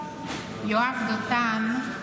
יואב דותן,